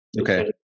Okay